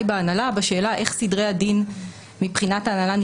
בהנהלה בשאלה איך נראים סדרי הדין מבחינת ההנהלה.